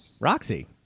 roxy